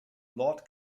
lord